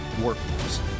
workforce